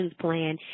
plan